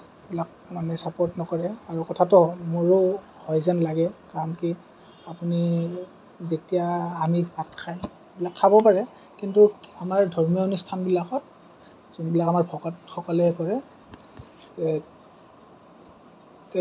এইবালাক মানে ছাপৰ্ট নকৰে আৰু কথাটো মোৰো হয় যেন লাগে কাৰণ কি আপুনি যেতিয়া আমি ভাত খাই খাব পাৰে কিন্তু আমাৰ দৈনন্দিন স্থানবিলাকত যোনবিলাক আমাৰ ভকতসকলে কৰে